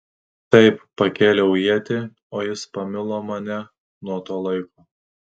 taip pakėliau ietį o jis pamilo mane nuo to laiko